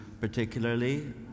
particularly